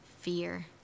fear